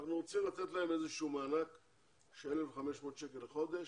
אנחנו רוצים לתת להם איזה שהוא מענק של 1,500 שקל בחודש.